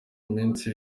minsi